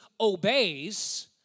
obeys